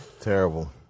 Terrible